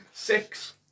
Six